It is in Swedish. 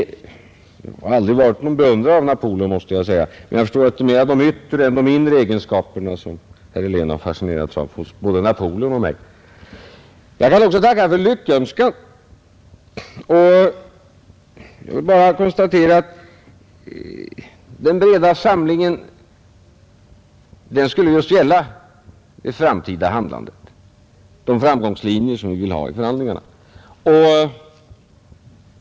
Jag har aldrig varit någon beundrare av Napoleon, måste jag säga, men jag förstår att det är mera de yttre än de inre egenskaperna som herr Helén har fascinerats av hos både Napoleon och mig. Jag kan också tacka för lyckönskan. Jag vill bara konstatera att den breda samlingen skulle just gälla det framtida handlandet, de framgångslinjer vi vill ha i förhandlingarna.